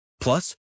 Plus